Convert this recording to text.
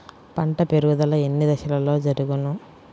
పంట పెరుగుదల ఎన్ని దశలలో జరుగును?